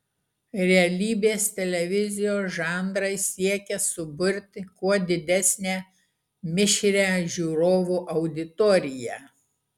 realybės televizijos žanrai siekia suburti kuo didesnę mišrią žiūrovų auditoriją